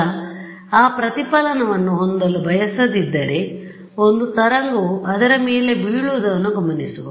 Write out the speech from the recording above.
ಈಗ ಆ ಪ್ರತಿಫಲನವನ್ನು ಹೊಂದಲು ಬಯಸದಿದ್ದರೆ ಒಂದು ತರಂಗವು ಅದರ ಮೇಲೆ ಬೀಳುವದನ್ನು ಗಮನಿಸುವ